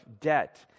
debt